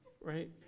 Right